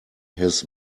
his